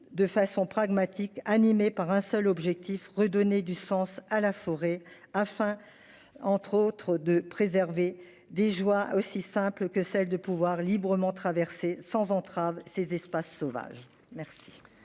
de façon pragmatique, animé par un seul objectif, redonner du sens à la forêt afin, entre autres, de préserver des joies aussi simple que celle de pouvoir librement traverser sans entrave, ces espaces sauvages, merci.